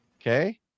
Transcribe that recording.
Okay